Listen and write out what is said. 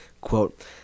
Quote